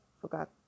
forgot